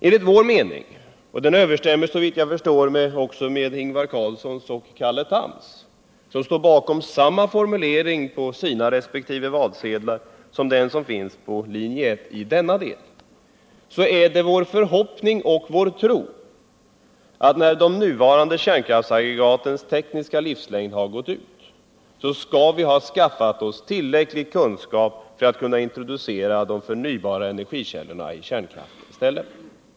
Enligt vår mening — och den överensstämmer såvitt jag förstår med Ingvar Carlssons och Carl Thams, eftersom de står bakom samma formulering på sina resp. valsedlar som den som i denna del finns på valsedeln för linje 1— kan vi hysa förhoppningen och tron att när de nuvarande kärnkraftsaggretagens tekniska livslängd har gått ut, så skall vi ha skaffat oss tillräcklig kunskap för att kunna introducera de förnybara energikällorna i kärnkraftens ställe.